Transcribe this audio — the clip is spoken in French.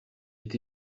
est